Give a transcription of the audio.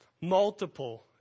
multiple